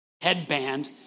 headband